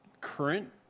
current